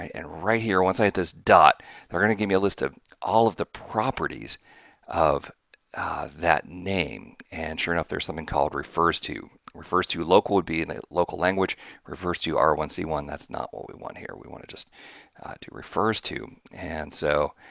and right here once i had this dot they're going to give me a list of all of the properties of that name and sure enough there's something called refers to, refers to local would be in the local language reverse to r one c one that's not what we want here we want to just do refers to and so,